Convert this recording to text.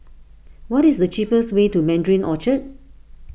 what is the cheapest way to Mandarin Orchard